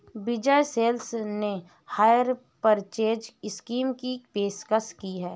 विजय sales ने hire purchase scheme की पेशकश की हैं